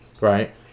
right